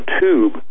tube